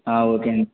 ఆ ఓకే అండి